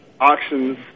auctions